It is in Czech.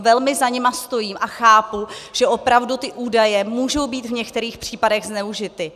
Velmi za nimi stojím a chápu, že opravdu ty údaje můžou být v některých případech zneužity.